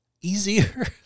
easier